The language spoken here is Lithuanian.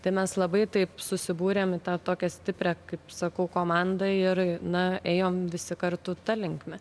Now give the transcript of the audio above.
tai mes labai taip susibūrėm į tą tokią stiprią kaip sakau komandą ir na ėjom visi kartu ta linkme